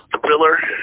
thriller